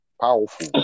powerful